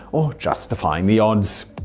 or just defying the odds.